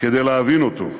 כדי להבין אותו.